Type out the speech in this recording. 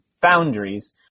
boundaries